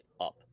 up